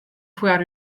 foar